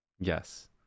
Yes